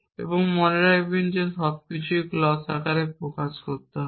এবং মনে রাখবেন যে সবকিছুই ক্লজ আকারে প্রকাশ করতে হবে